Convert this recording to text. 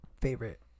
Favorite